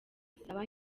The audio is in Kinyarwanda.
asaba